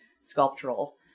sculptural